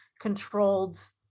controlled